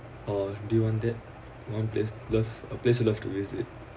or do you want that one place love a place you love to visit